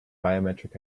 biometric